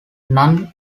non